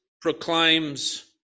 proclaims